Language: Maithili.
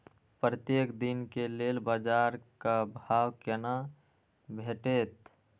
प्रत्येक दिन के लेल बाजार क भाव केना भेटैत?